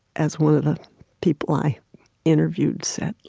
as one of the people i interviewed said,